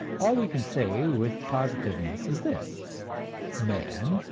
all we can say with positiveness is this man,